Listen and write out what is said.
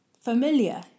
familiar